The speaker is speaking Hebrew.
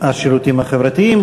והשירותים החברתיים.